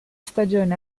stagione